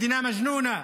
מדינה מג'נונה.